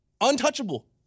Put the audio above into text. Untouchable